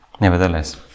nevertheless